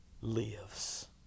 lives